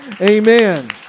Amen